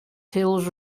hills